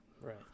Right